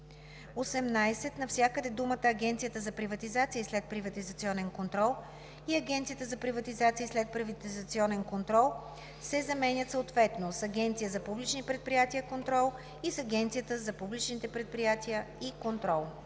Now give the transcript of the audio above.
18. Навсякъде думите „Агенция за приватизация и следприватизационен контрол“ и „Агенцията за приватизация и следприватизационен контрол“ се заменят съответно с „Агенция за публичните предприятия и контрол“ и с „Агенцията за публичните предприятия и контрол“.“